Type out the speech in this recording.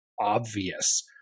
obvious